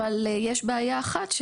אבל יש בעיה אחת,